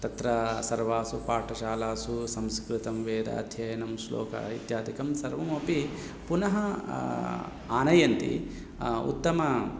तत्र सर्वासु पाठशालासु संस्कृतं वेदाध्ययनं श्लोकम् इत्यादिकं सर्वमपि पुनः आनयन्ति उत्तमम्